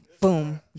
boom